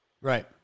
Right